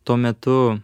tuo metu